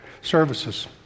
services